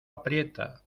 aprieta